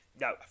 No